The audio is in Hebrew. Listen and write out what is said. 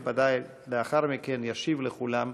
וודאי, לאחר מכן ישיב לכולם